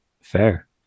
fair